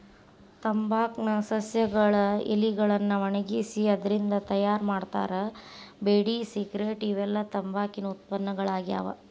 ತಂಬಾಕ್ ನ ಸಸ್ಯಗಳ ಎಲಿಗಳನ್ನ ಒಣಗಿಸಿ ಅದ್ರಿಂದ ತಯಾರ್ ಮಾಡ್ತಾರ ಬೇಡಿ ಸಿಗರೇಟ್ ಇವೆಲ್ಲ ತಂಬಾಕಿನ ಉತ್ಪನ್ನಗಳಾಗ್ಯಾವ